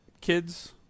kids